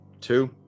Two